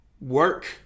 work